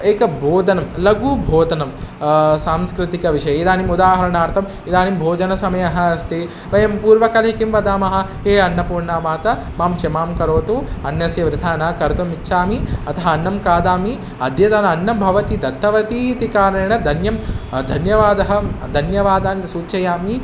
एकं बोधनं लघुबोधनं सांस्कृतिकविषये इदानीम् उदाहरणार्थम् इदानीं भोजनसमयः अस्ति वयं पूर्वकाले किं वदामः हे अन्नपूर्णामाता मां क्षमां करोतु अन्नस्य वृथा न कर्तुं इच्छामि अतः अन्नं खादामि अद्यतन अन्नं भवति दत्तवतीति कारणेन धन्यं धन्यवादः धन्यवादानि सूचयामि